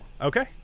Okay